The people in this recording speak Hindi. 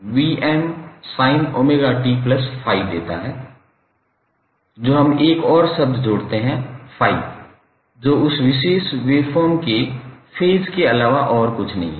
तो हम एक और शब्द जोड़ते हैं ∅ जो उस विशेष वेवफॉर्म के फेज के अलावा और कुछ नहीं है